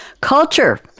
culture